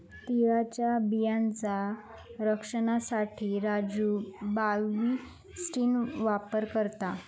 तिळाच्या बियांचा रक्षनासाठी राजू बाविस्टीन वापर करता